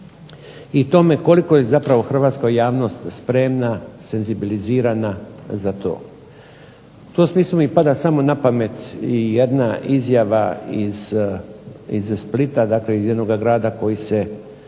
i tome koliko je zapravo hrvatska javnost spremna, senzibilizirana za to. U tom smislu mi pada samo na pamet jedna izjava iz Splita, dakle iz jednoga grada koji se